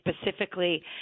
specifically